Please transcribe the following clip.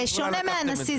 זה שונה מהנשיא,